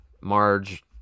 Marge